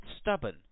stubborn